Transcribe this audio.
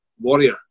Warrior